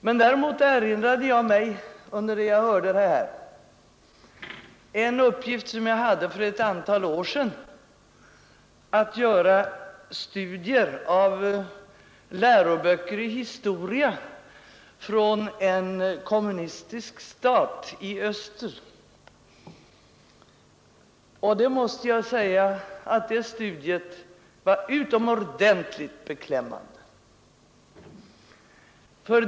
Medan jag lyssnade erinrade jag mig en uppgift som jag hade för ett antal år sedan. Den gällde studier av läroböcker i historia från en kommunistisk stat i öster. Jag måste säga att detta studium var utomordentligt beklämmande.